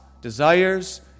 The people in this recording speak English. Desires